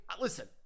listen